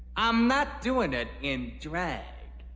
i'm not doin' it in drag.